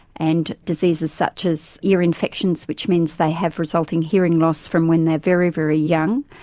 and diseases such as ear infections which means they have resulting hearing loss from when they are very, very young.